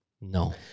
No